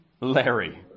Larry